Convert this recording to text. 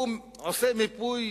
הוא עושה מיפוי